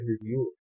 review